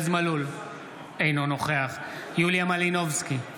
אינו נוכח יוליה מלינובסקי,